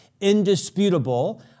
indisputable